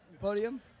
Podium